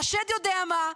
מהשד יודע מה,